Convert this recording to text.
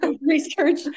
Research